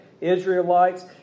Israelites